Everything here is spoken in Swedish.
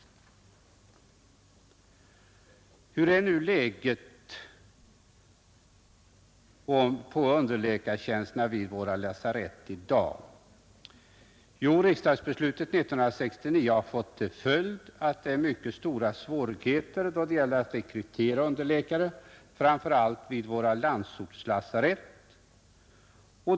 Hurudant är nu läget i fråga om underläkartjänster vid våra lasarett i dag? Jo, riksdagsbeslutet 1969 har fått till följd att det är förenat med mycket stora svårigheter att rekrytera underläkare, framför allt till våra landsortslasarett.